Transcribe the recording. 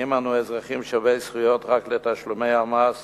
האם אנו אזרחים שווי זכויות רק לתשלומי המס